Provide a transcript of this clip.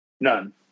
None